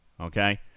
Okay